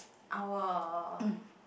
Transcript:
I will